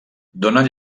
donen